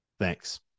Thanks